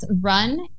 run